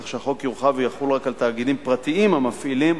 כך שהחוק יחול רק על תאגידים פרטיים המפעילים